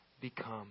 become